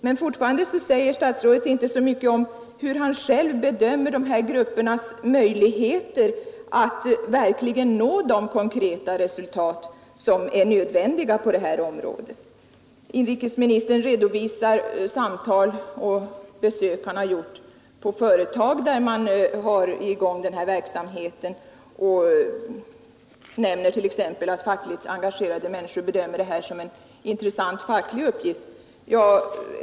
Men fortfarande säger statsrådet inte så mycket om hur han själv bedömer de här gruppernas möjligheter att verkligen nå de konkreta resultat som är nödvändiga på detta område. Inrikesministern redovisade samtal och besök på företag, där man har i gång den här verksamheten och nämner t.ex. att fackligt engagerade människor bedömer det här som en intressant facklig uppgift.